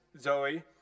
Zoe